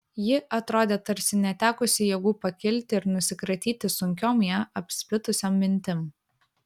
ji atrodė tarsi netekusi jėgų pakilti ir nusikratyti sunkiom ją apspitusiom mintim